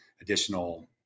additional